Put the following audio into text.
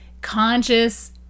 conscious